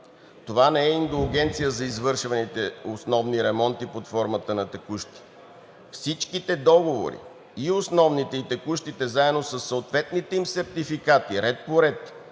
Това не е индулгенция за извършваните основни ремонти под формата на текущи, а всичките договори – и основните, и текущите, заедно със съответните им сертификати ред по ред